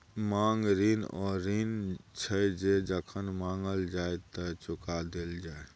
मांग ऋण ओ ऋण छै जे जखन माँगल जाइ तए चुका देल जाय